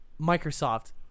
Microsoft